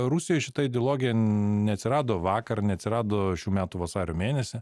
rusijoj šita ideologija neatsirado vakar neatsirado šių metų vasario mėnesį